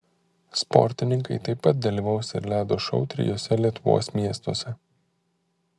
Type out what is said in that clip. sportininkai taip pat dalyvaus ir ledo šou trijuose lietuvos miestuose